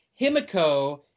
Himiko